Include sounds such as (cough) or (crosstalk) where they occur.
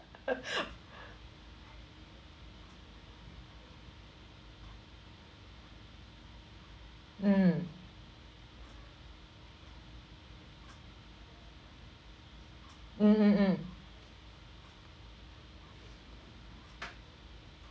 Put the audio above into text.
(laughs) mm mm mm mm